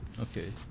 okay